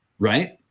Right